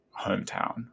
hometown